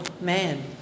man